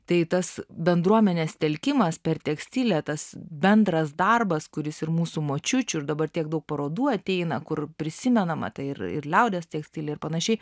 tai tas bendruomenės telkimas per tekstilę tas bendras darbas kuris ir mūsų močiučių ir dabar tiek daug parodų ateina kur prisimenama tai ir ir liaudies tekstilė ir panašiai